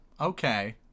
okay